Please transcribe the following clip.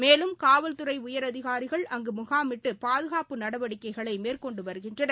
மேலும் காவல்துறை உயரதிகாரிகள் அங்கு முகாமிட்டு பாதுகாப்பு நடவடிக்கைகளை மேற்கொண்டு வருகின்றனர்